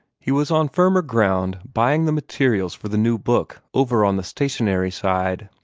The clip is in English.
he was on firmer ground, buying the materials for the new book, over on the stationery side.